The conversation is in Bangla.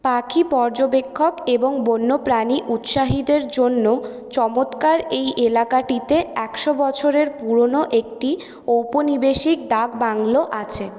পাখি পর্যবেক্ষক এবং বন্যপ্রাণী উৎসাহীদের জন্য চমৎকার এই এলাকাটিতে একশো বছরের পুরোনো একটি ঔপনিবেশিক ডাকবাংলো আছে